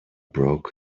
broke